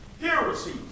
heresy